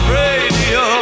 radio